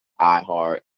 iHeart